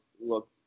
look